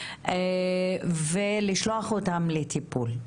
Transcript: ולשלוח אותם לטיפול.